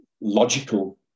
logical